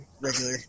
regular